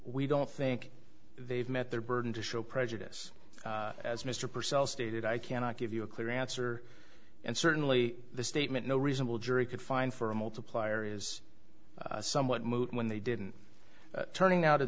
we don't think they've met their burden to show prejudice as mr purcel stated i cannot give you a clear answer and certainly the statement no reasonable jury could find for a multiplier is somewhat moot when they didn't turning out of